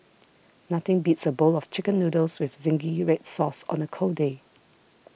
nothing beats a bowl of Chicken Noodles with Zingy Red Sauce on a cold day